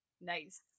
Nice